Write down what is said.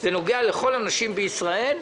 זה נוגע לכל הנשים בישראל,